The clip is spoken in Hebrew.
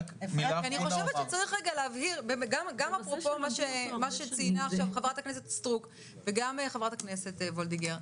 אפרופו מה שציינה עכשיו חברת הכנסת סטרוק וגם חברת הכנסת וולדיגר,